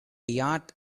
yacht